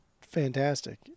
fantastic